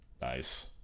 Nice